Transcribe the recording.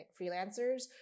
freelancers